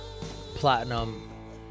platinum